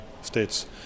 states